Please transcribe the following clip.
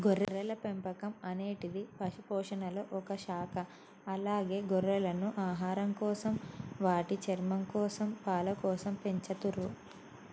గొర్రెల పెంపకం అనేటిది పశుపోషణలొ ఒక శాఖ అలాగే గొర్రెలను ఆహారంకోసం, వాటి చర్మంకోసం, పాలకోసం పెంచతుర్రు